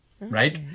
right